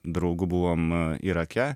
draugu buvom irake